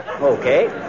Okay